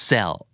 Cell